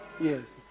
Yes